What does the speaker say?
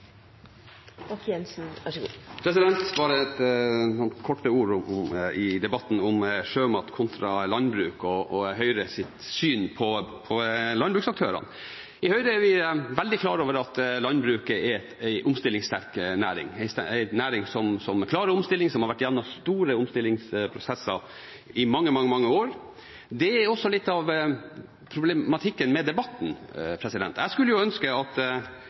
noen korte ord til debatten om sjømat kontra landbruk og Høyres syn på landbruksaktørene. I Høyre er vi veldig klar over at landbruket er en omstillingssterk næring, en næring som klarer omstilling, og som har vært gjennom store omstillingsprosesser i mange, mange år. Det er også litt av problematikken med debatten. Jeg skulle ønske at